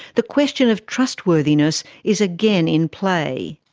the question of trustworthiness is again in play.